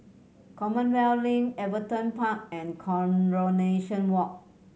Commonwealth Link Everton Park and Coronation Walk